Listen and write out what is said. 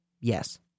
Yes